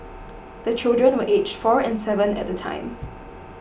the children were aged four and seven at the time